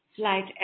Flight